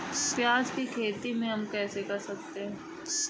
प्याज की खेती हम कैसे कर सकते हैं?